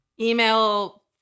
Email